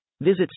Visit